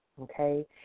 Okay